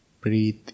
breathe